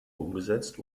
umgesetzt